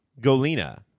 Golina